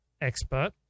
expert